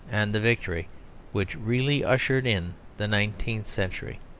and the victory which really ushered in the nineteenth century.